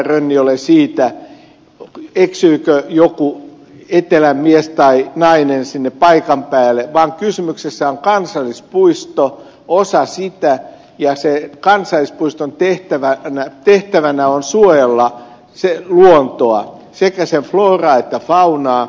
rönni ole siitä eksyykö joku etelän mies tai nainen sinne paikan päälle vaan kysymyksessä on kansallispuisto osa sitä ja kansallispuiston tehtävänä on suojella luontoa sekä sen flooraa että faunaa